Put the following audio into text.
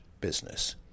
business